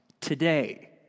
today